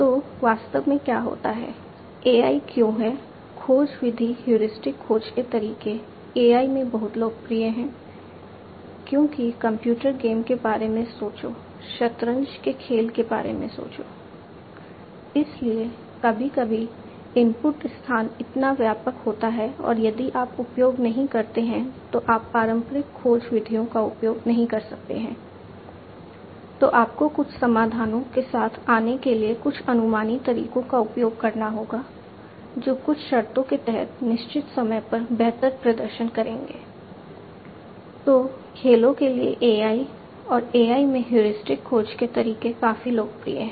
तो वास्तव में क्या होता है AI क्यों है खोज विधि हेयुरिस्टिक खोज के तरीके काफी लोकप्रिय हैं